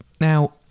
now